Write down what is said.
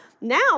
Now